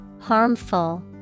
Harmful